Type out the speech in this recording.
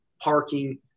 parking